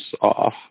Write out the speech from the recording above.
off